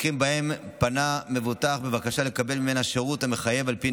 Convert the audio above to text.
במקרים שבהם פנה מבוטח בבקשה לקבל ממנה שירות המחייב על פי